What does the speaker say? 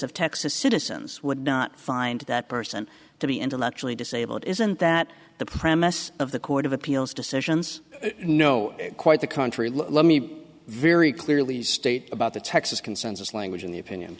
of texas citizens would not find that person to be intellectually disabled isn't that the premise of the court of appeals decisions no quite the contrary let me very clearly state about the texas consensus language in the opinion